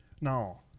Now